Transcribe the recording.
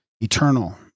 eternal